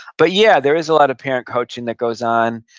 but yeah, there is a lot of parent coaching that goes on.